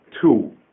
two